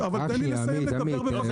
אבל תן לי לסיים לדבר בבקשה.